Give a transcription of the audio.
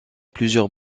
plusieurs